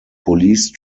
police